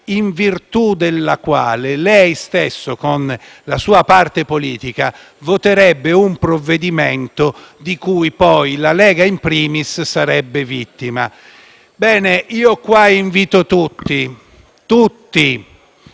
in virtù della quale lei stesso con la sua parte politica voterebbe un provvedimento di cui poi la Lega *in primis* sarebbe vittima. Bene, io qui invito tutti ad